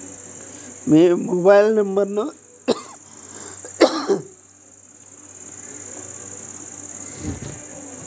మీ mobile నెంబర్ను account తో register చేసుకోకపోతే డెడ్ లైన్ తర్వాత నెట్ బ్యాంకింగ్ సేవలు నిలిచిపోనున్నాయి